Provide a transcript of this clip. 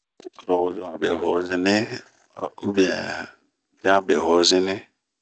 Oro wozomɛ be hozini ubɛn pian be hozini.